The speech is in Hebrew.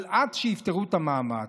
אבל עד שיעשו את המאמץ,